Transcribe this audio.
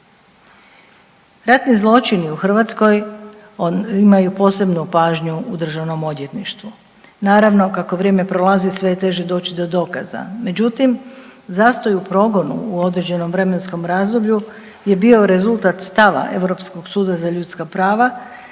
Ratni zločini u Hrvatskoj imaju posebnu pažnju u državnom odvjetništvu. Naravno kako vrijeme prolazi sve je teže doći do dokaza. Međutim, zastoj u progonu u određenom vremenskom razdoblju je bio rezultat stava Europskog suda za ljudska prava